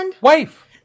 Wife